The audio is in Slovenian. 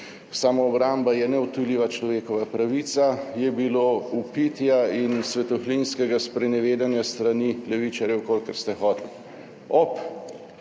samoobramba je neodtujljiva človekova pravica –, je bilo vpitja in svetohlinskega sprenevedanja s strani levičarjev, kolikor ste hoteli.